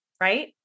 right